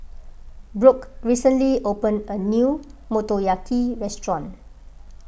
Brooke recently opened a new Motoyaki restaurant